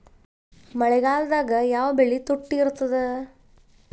ಮಳೆಗಾಲದಾಗ ಯಾವ ಬೆಳಿ ತುಟ್ಟಿ ಇರ್ತದ?